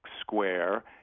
square